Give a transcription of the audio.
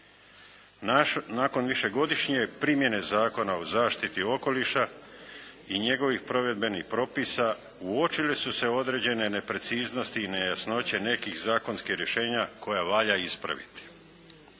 Nakon višegodišnje primjene Zakona o zaštiti okoliša i njegovih provedbenih propisa uočili su se određene nepreciznosti i nejasnoće nekih zakonskih rješenja koja valja ispraviti.